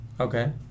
Okay